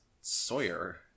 Sawyer